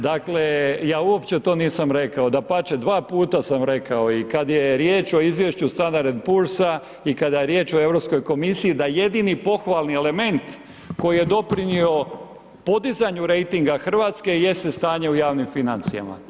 Dakle, ja uopće to nisam rekao dapače dva puta sam rekao i kad je riječ o izvješću Standard & Poorsa i kada je riječ o Europskoj komisiji da jedini pohvalni element koji je doprinio podizanju rejtinga Hrvatska jeste stanje u javnim financijama.